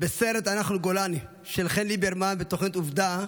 בסרט "אנחנו גולני" של חן ליברמן, בתוכנית עובדה,